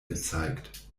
gezeigt